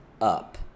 up